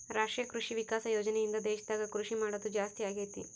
ರಾಷ್ಟ್ರೀಯ ಕೃಷಿ ವಿಕಾಸ ಯೋಜನೆ ಇಂದ ದೇಶದಾಗ ಕೃಷಿ ಮಾಡೋದು ಜಾಸ್ತಿ ಅಗೈತಿ